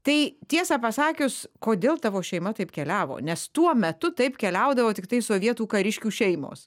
tai tiesą pasakius kodėl tavo šeima taip keliavo nes tuo metu taip keliaudavo tiktai sovietų kariškių šeimos